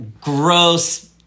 gross